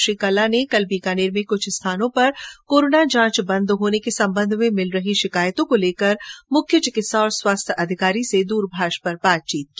श्री कल्ला ने कल बीकानेर में कूछ स्थानों पर कोरोना की जांच बंद होने के संबंध में मिल रही शिकायतों को लेकर मुख्य चिकित्सा और स्वास्थ्य अधिकारी से दूरभाष पर बात की